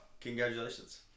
congratulations